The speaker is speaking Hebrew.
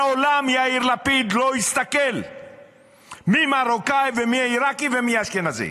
מעולם יאיר לפיד לא הסתכל מי מרוקאי ומי עיראקי ומי אשכנזי.